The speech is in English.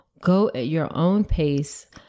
go-at-your-own-pace